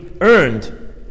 earned